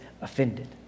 offended